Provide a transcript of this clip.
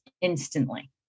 instantly